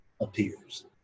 appears